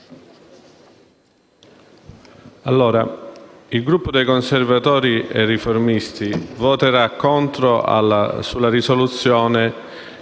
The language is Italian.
il Gruppo dei Conservatori e Riformisti voterà contro la risoluzione